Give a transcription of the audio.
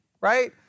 Right